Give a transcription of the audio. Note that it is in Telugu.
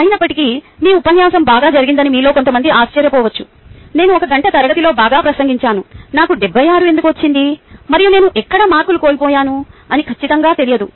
అయినప్పటికీ మీ ఉపన్యాసం బాగా జరిగిందని మీలో కొంతమంది ఆశ్చర్యపోవచ్చు నేను ఒక గంట తరగతిలో బాగా ప్రసంగించాను నాకు 76 ఎందుకు వచ్చింది మరియు నేను ఎక్కడ మార్కులు కోల్పోయాను అని ఖచ్చితంగా తెలియదు